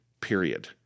period